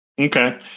okay